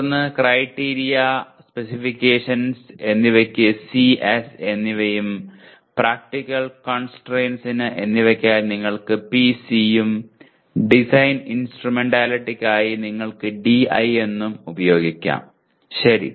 തുടർന്ന് criteria specifications എന്നിവക്ക് C S എന്നിവയും പ്രാക്ടിക്കൽ കോൺസ്ട്രയിന്റ്സ് എന്നിവയ്ക്കായി നിങ്ങൾക്ക് PCയും ഡിസൈൻ ഇൻസ്ട്രുമെന്റാലിറ്റിക്കായി നിങ്ങൾക്ക് DI എന്നും ഉപയോഗിക്കാം ശരി